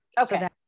Okay